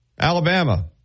Alabama